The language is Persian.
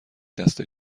دسته